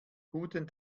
guten